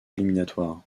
éliminatoires